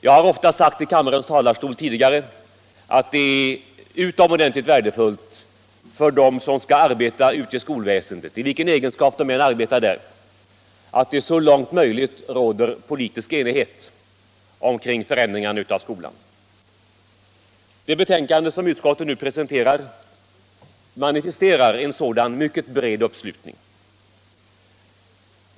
Jag har ofta sagt i kammarens talarstol tidigare att det är utomordentligt värdefullt för dem som skall arbeta ute i skolväsendet — i vilken egenskap de än arbetar där — att det så långt möjligt råder politisk enighet kring utvecklingen av skolan. Det betänkande som utskottet nu presenterat manifesterar en sådan mycket bred uppslutning.